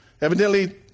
Evidently